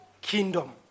kingdom